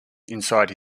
inside